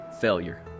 failure